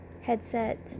headset